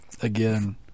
Again